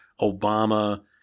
Obama